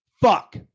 fuck